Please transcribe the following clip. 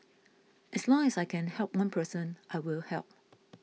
as long as I can help one person I will help